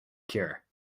cure